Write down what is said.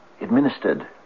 administered